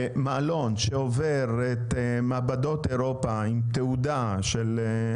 מעלון שעובר את מעבדות אירופה עם תעודה של,